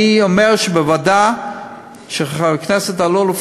אני אומר שבוועדה יפקח על זה חבר הכנסת אלאלוף.